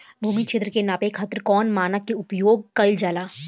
भूमि क्षेत्र के नापे खातिर कौन मानक के उपयोग कइल जाला?